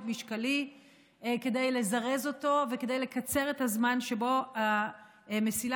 משקלי כדי לזרז אותו וכדי לקצר את הזמן שבו המסילה